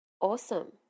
Awesome